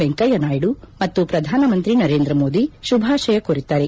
ವೆಂಕಯ್ಯನಾಯ್ತು ಮತ್ತು ಪ್ರಧಾನಮಂತ್ರಿ ನರೇಂದ್ರ ಮೋದಿ ಶುಭಾಶಯ ಕೋರಿದ್ದಾರೆ